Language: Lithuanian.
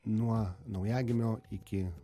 nuo naujagimio iki